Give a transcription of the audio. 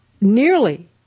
nearly